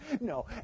No